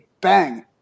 bang